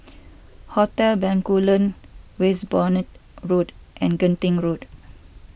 Hotel Bencoolen Westbourne Road and Genting Road